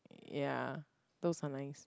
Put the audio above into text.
ya those are nice